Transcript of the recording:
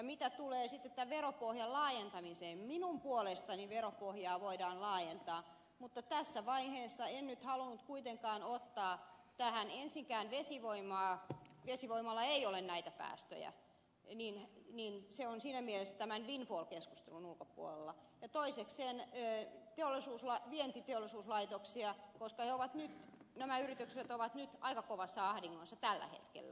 mitä tulee sitten tähän veropohjan laajentamiseen minun puolestani veropohjaa voidaan laajentaa mutta tässä vaiheessa en nyt halunnut kuitenkaan ottaa tähän ensinnäkään vesivoimaa koska vesivoimalla ei ole näitä päästöjä ja se on siinä mielessä tämän windfall keskustelun ulkopuolella ja toisekseen vientiteollisuuslaitoksia koska nämä yritykset ovat nyt aika kovassa ahdingossa tällä hetkellä